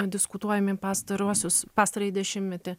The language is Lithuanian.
diskutuojami pastaruosius pastarąjį dešimtmetį